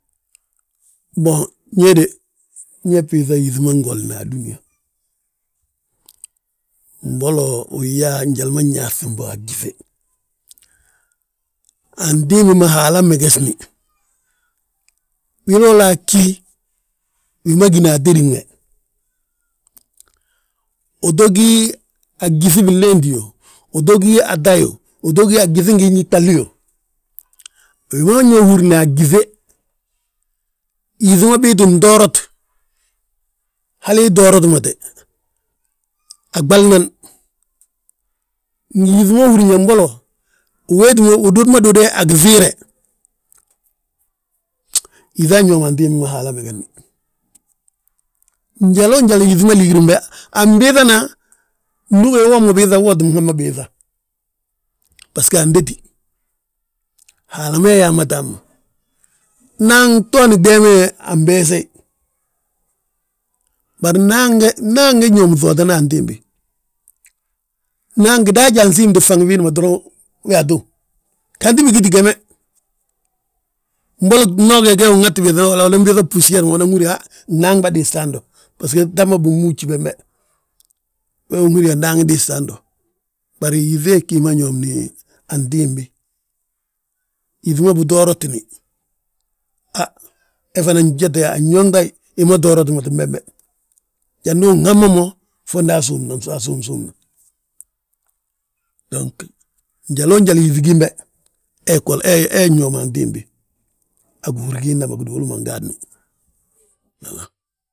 Mboŋ, ñéde ñee bbiiŧa, yíŧi ma ngolla adúniyaa, mbolo uyaa njali ma nyaaŧi mbo a gíŧe antimbi ma Haala megesni, wilolaa ggí wima gína atédin we, uto gí a gyíŧi binléeti yo, uto gí a ta yo, uto gí a gyíŧin giinji gtahli yo. Wi ma ñe húrna gyíŧe, yíŧi ma bii ttin toorat, hali tooratmate, aɓalnan, ngi yíŧi ma húrin yaa mbol, uwéetima, ududma dude a gifiire, yíŧaa ññoom antimbi ma Haala megesni. Njaloo njal yíŧi ma liǵirim be, anbiiŧana, ndu ugí mo wo ma biiŧa, uwo tinŋama biiŧa, bbasgo andéti. Haala hi yaamate hamma. Naaŋ gtooni gdeeme anbeeseyi, bari naaŋ nge ñoom ŧootani antimbi. Naaŋ gidaaji gi ansiimti faŋi biindi wa atów, ganti bigiti geme, mboli gnooge geegi unŋati biiŧana, walla unan biiŧa búsiyeri ma, unan húri yaa ha gnaaŋ bà diiste hando, basgo ta binmúujiti bembe. Wee wi unhúria naaŋ diiste hando, bari yíŧee ggí hi ma ñoomni antimbi. Yíŧi ma bitooratini, ha he fana njete anyooŋta hi ma tooratimati bembe jandu uhabma mo, fondi asúm fo asúm súmna, dong njaloo njal yíŧi gimbe hee ñoom antimbi, a gihúri giinda ma giduulu ma ngaadni.